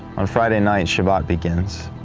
on friday night, shabbat begins.